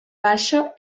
baixa